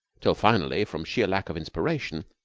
until finally, from sheer lack of inspiration,